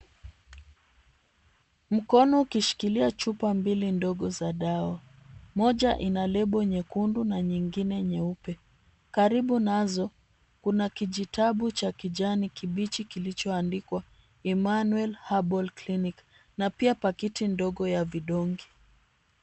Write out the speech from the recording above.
Mkono ukishikilia chupa mbili ndogo za dawa. Moja ina lebo nyekundu na nyingine nyeupe. Karibu nazo kuna kijitabu cha kijani kibichi kilichoandikwa Emanuel Herbal Clinic na pia pakiti ndogo ya vidonge.